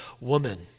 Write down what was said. woman